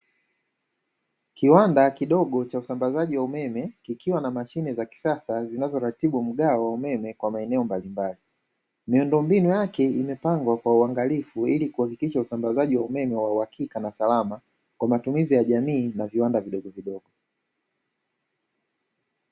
Kiwanda kidogo cha usambazaji wa umeme kikiwa na mashine za kisasa zinazoratibu mgao wa umeme kwa maeneo mbalimbali, miundombinu yake imepangwa kwa uangalifu ili kuhakikisha usambazaji wa umeme wa uhakika na salama kwa matumizi ya jamii na viwanda vidogo vidogo.